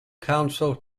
council